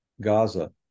gaza